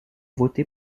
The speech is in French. voté